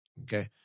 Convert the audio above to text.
Okay